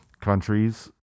countries